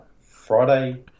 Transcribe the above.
Friday